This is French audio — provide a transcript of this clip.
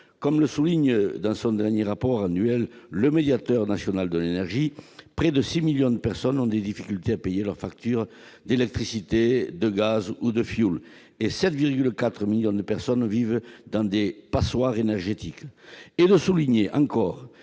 comme le souligne dans son dernier rapport annuel le médiateur national de l'énergie, près de 6 millions de personnes ont des difficultés à payer leurs factures d'électricité, de gaz ou de fioul, et 7,4 millions de personnes vivent dans des « passoires énergétiques ». Il souligne encore